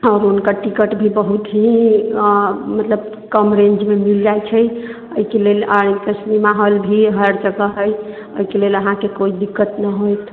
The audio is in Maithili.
आओर हुनकर टिकट भी बहुत ही मतलब कम रेंजमे मिल जाइ छै एहिके लेल आर एकटा सिनेमा हॉल भी हर जगह हइ एहिके लेल अहाँकेँ कोइ दिक्कत नहि होयत